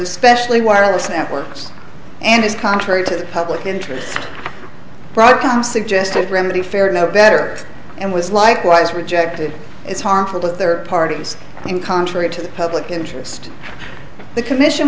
especially wireless networks and is contrary to the public interest broadcom suggested remedy fared no better and was likewise rejected it's harmful to their parties when contrary to the public interest the commission